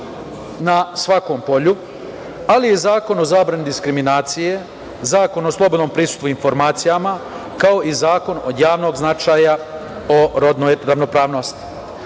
na svakom polju, ali i Zakon o zabrani diskriminacije, Zakon o slobodnom pristupu informacijama, kao i Zakon, od javnog značaja, o rodnoj ravnopravnosti. Istovremeno